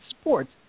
sports